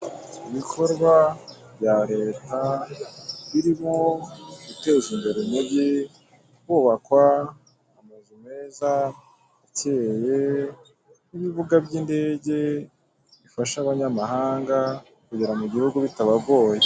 Ibikorwa bya leta birimo guteza imbere umujyi hubakwa amazu meza acyeye n'ibibuga by'indege bifasha abanyamahanga kugera mu gihugu bitabagoye.